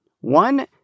One